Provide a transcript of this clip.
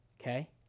Okay